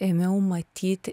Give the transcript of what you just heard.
ėmiau matyti